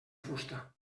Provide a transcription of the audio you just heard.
fusta